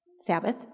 Sabbath